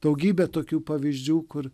daugybė tokių pavyzdžių kur